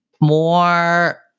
more